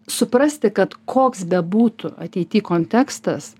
suprasti kad koks bebūtų ateity kontekstas